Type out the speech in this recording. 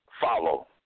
follow